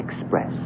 Express